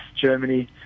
Germany